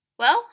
Well